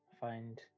find